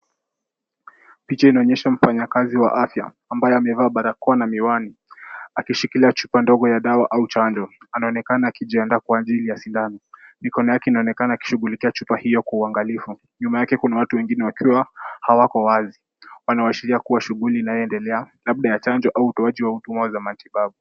Picha inaonyesha mfanyakazi wa afya ambaye amevaa barakoa na miwani akishikilia chupa ndogo ya dawa au chanjo. Anaonekana akijiandaa kwa ajili ya sindano. Mikono yake inaonekana akishughulikia chupa hiyo kwa uangalifu. Nyuma yake kuna watu wengine wakiwa hawako wazi wanaoashiria kuwa shughuli inayoendelea labda ya chanjo au huduma za matibabu.